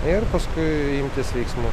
ir paskui imtis veiksmų